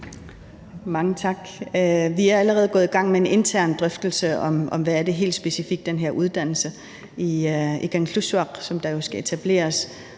Mange tak. Vi er allerede gået i gang med en intern drøftelse om, hvad det helt specifikt er med den her uddannelse i Kangerlussuaq, som der jo skal etableres.